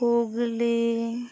Hooghly